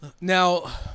Now